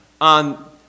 on